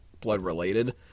blood-related